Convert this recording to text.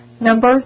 number